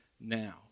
now